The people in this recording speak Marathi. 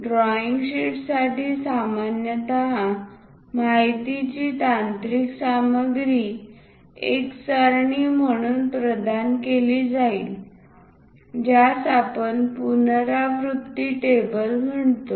ड्रॉईंग शीट साठी सामान्यत माहितीची तांत्रिक सामग्री एक सारणी म्हणून प्रदान केली जाईल ज्यास आपण पुनरावृत्ती टेबल म्हणतो